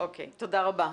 תודה רבה.